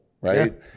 right